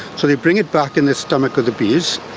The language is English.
so they bring it back in the stomach of the bees,